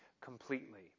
completely